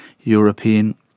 European